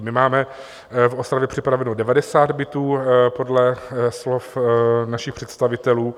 My máme v Ostravě připraveno 90 bytů podle slov našich představitelů.